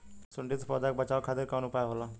सुंडी से पौधा के बचावल खातिर कौन उपाय होला?